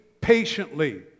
patiently